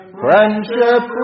friendship